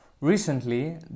Recently